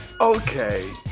Okay